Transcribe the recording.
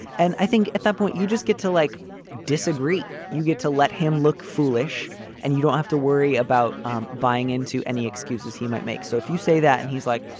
and i think at that point you just get to like disagree. you get to let him look foolish and you don't have to worry about um buying into any excuses he might make. so if you say that and he's like,